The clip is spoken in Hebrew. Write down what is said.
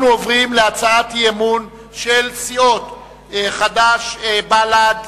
אנחנו עוברים להצעת האי-אמון של סיעות חד"ש, בל"ד